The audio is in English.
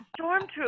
Stormtrooper